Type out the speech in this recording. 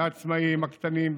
לעצמאים הקטנים,